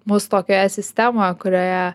mus tokioje sistemoje kurioje